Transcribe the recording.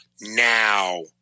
now